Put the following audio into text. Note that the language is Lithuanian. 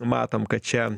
matom kad čia